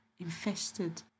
infested